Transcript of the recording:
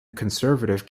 conservative